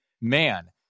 man